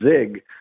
Zig